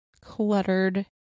cluttered